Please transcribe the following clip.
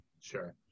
sure